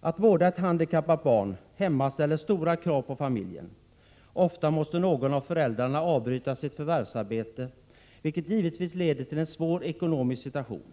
Att vårda ett handikappat barn hemma ställer stora krav på familjen. Ofta måste någon av föräldrarna avbryta sitt förvärvsarbete, vilket givetvis leder till en svår ekonomisk situation.